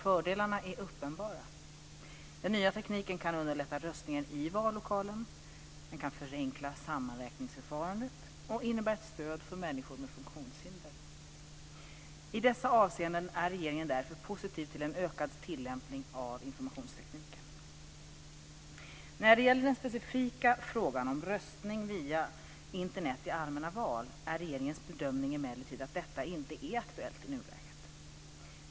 Fördelarna är uppenbara. Den nya tekniken kan underlätta röstningen i vallokalen, förenkla sammanräkningsförfarandet och innebära ett stöd för funktionshindrade personer. I dessa avseenden är regeringen därför positiv till en ökad tillämpning av ny informationsteknik. När det gäller den specifika frågan om röstning via Internet i allmänna val är regeringens bedömning emellertid att detta inte är aktuellt i nuläget.